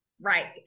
right